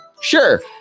Sure